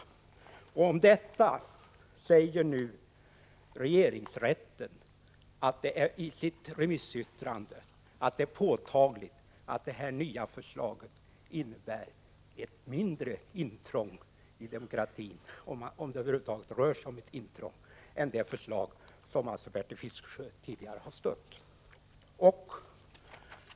m.m. Om detta säger nu regeringsrätten i sitt remissyttrande att det är påtagligt att det nya förslaget innebär ett mindre intrång i demokratin, om det över huvud taget rör sig om ett intrång, än det förslag som alltså Bertil Fiskesjö tidigare har stött.